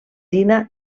dina